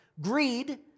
Greed